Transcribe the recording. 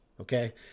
okay